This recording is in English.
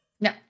No